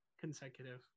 consecutive